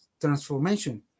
transformation